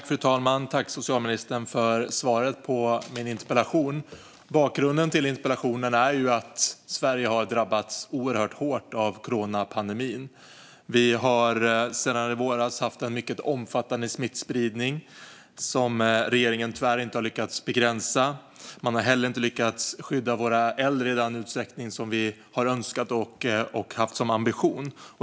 Fru talman! Jag tackar socialministern för svaret på min interpellation. Bakgrunden till interpellationen är att Sverige har drabbats oerhört hårt av coronapandemin. Vi har sedan i våras haft en mycket omfattande smittspridning, som regeringen tyvärr inte har lyckats begränsa. Man har inte heller lyckats skydda våra äldre i den utsträckning som vi har önskat och haft som ambition.